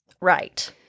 right